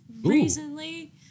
recently